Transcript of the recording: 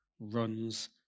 Runs